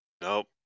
Nope